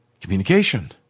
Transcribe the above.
Communication